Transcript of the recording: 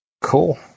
Cool